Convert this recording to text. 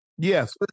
yes